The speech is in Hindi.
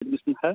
एडमीसन है